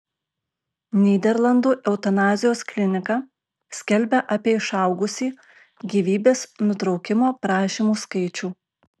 nyderlandų eutanazijos klinika skelbia apie išaugusį gyvybės nutraukimo prašymų skaičių